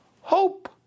hope